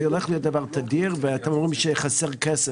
זה יהיה דבר תדיר ואתם אומרים שחסר כסף.